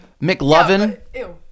McLovin